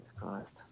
Christ